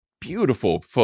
beautiful